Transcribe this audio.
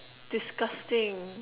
disgusting